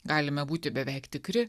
galime būti beveik tikri